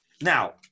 Now